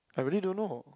I really don't know